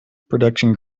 production